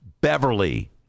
Beverly